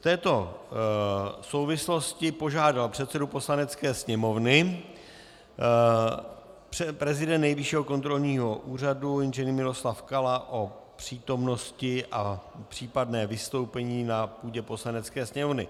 V této souvislosti požádal předsedu Poslanecké sněmovny prezident Nejvyššího kontrolního úřadu Ing. Miloslav Kala o přítomnost a případné vystoupení na půdě Poslanecké sněmovny.